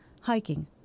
Hiking